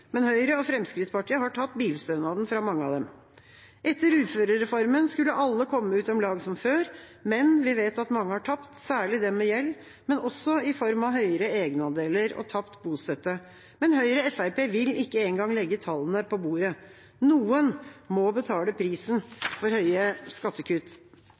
men Høyre og Fremskrittspartiet har tatt bilstønaden fra mange av dem. Etter uførereformen skulle alle komme ut om lag som før, men vi vet at mange har tapt, særlig de med gjeld, men også i form av høyere egenandeler og tapt bostøtte. Høyre og Fremskrittspartiet vil ikke engang legge tallene på bordet. Noen må betale prisen for høye skattekutt.